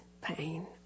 pain